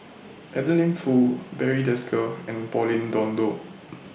Adeline Foo Barry Desker and Pauline Dawn Loh